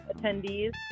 attendees